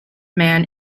man